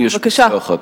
לי יש פסקה אחת.